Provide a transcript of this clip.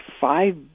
five